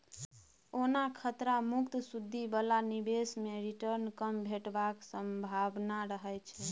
ओना खतरा मुक्त सुदि बला निबेश मे रिटर्न कम भेटबाक संभाबना रहय छै